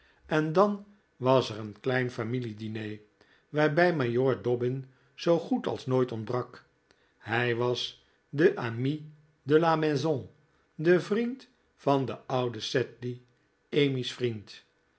en dan was er een klein familie diner waarbij majoor dobbin zoo goed als nooit ontbrak hij was de ami de la maison de vriend van den ouden sedley emmy's vriend